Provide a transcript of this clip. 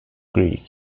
greek